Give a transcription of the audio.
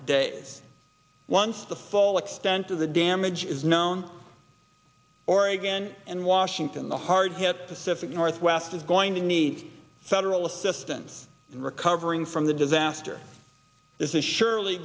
days once the full extent of the damage is known oregon and washington the hard hit pacific northwest is going to need federal assistance in recovering from the disaster this is s